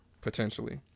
potentially